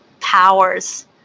powers